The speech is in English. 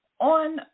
on